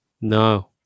No